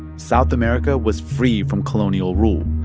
south america was free from colonial rule,